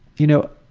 you know,